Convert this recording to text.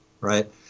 Right